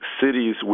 cities